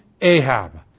Ahab